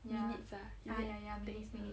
minutes ah is it take minutes